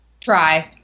try